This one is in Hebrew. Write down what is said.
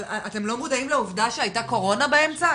אבל אתם לא מודעים לעובדה שהייתה קורונה באמצע?